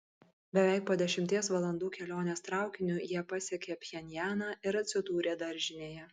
beveik po dešimties valandų kelionės traukiniu jie pasiekė pchenjaną ir atsidūrė daržinėje